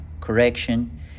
correction